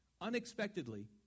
unexpectedly